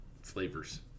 flavors